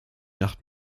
nacht